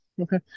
okay